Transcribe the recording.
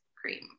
cream